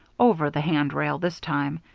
over the hand rail, this time,